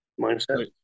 mindset